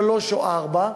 שלוש שנים או ארבע,